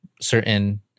certain